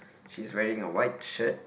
she's wearing a white shirt